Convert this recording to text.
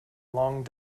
long